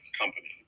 company